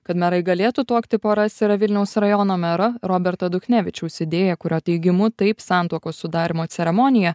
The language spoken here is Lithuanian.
kad merai galėtų tuokti poras yra vilniaus rajono mero roberto duchnevičiaus idėja kurio teigimu taip santuokos sudarymo ceremonija